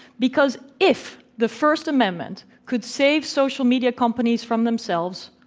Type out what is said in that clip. because if the first amendment could save social media companies from themselves,